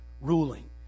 ruling